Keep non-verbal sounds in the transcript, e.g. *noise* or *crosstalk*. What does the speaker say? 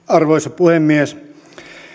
*unintelligible* arvoisa puhemies